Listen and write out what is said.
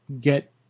get